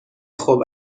خوب